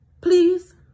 please